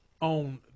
on